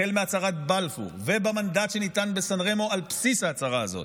החל מהצהרת בלפור ובמנדט שניתן בסן רמו על בסיס ההצהרה הזאת,